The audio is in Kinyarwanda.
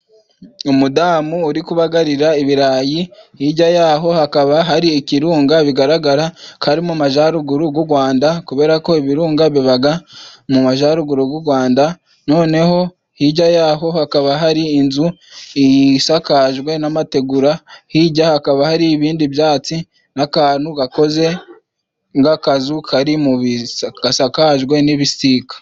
Umudamu uri kubagarira ibirayi, hijya yaho hakaba hari ikirunga bigaragara ko ari mu majaruguru gw'u Rwanda kubera ko ibirunga bibaga mu majaruguru gw'u Rwanda noneho hijya y'aho hakaba hari inzu isakajwe n'amategura, hijya hakaba hari ibindi byatsi n'akantu gakoze nk'akazu kari mu bi...gasakajwe n'ibisika.